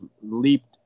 leaped